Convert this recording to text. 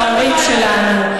וההורים שלנו,